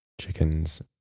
chickens